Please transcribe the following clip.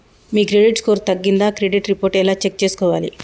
మీ credit score తగ్గిందా credit report ఎలా check చేసుకోవాలి?